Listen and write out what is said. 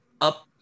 up